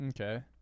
Okay